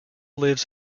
lives